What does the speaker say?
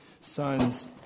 sons